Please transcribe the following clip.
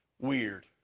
Weird